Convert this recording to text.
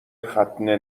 ختنه